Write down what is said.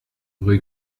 rue